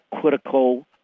critical